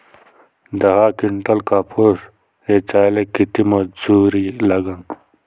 दहा किंटल कापूस ऐचायले किती मजूरी लागन?